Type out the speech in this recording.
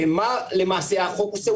ומה למעשה החוק עושה?